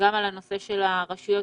גם על נושא הרשויות